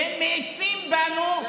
והם מאיצים בנו,